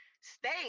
stay